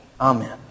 Amen